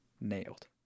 nailed